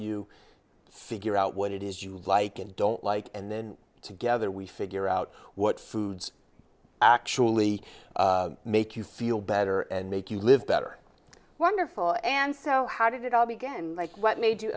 you figure out what it is you like and don't like and then together we figure out what foods actually make you feel better and make you live better wonderful and so how did it all began what made you